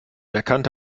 erkannte